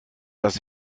das